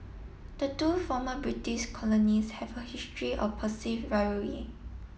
the two former British colonies have a history of perceived rivalry